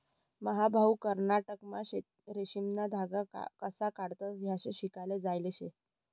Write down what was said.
मन्हा भाऊ कर्नाटकमा रेशीमना धागा कशा काढतंस हायी शिकाले जायेल शे